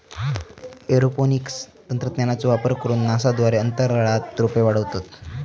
aeroponics तंत्रज्ञानाचो वापर करून नासा द्वारे अंतराळात रोपे वाढवतत